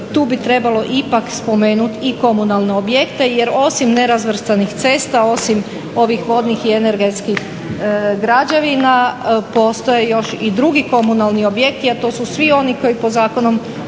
tu bi trebalo ipak spomenuti i komunalne objekte jer osim nerazvrstanih cesta, osim ovih vodnih i energetskih građevina postoje još i drugi komunalni objekti, a to su svi oni koji po Zakonu